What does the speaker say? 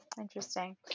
Interesting